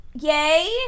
yay